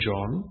John